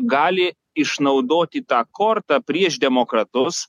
gali išnaudoti tą kortą prieš demokratus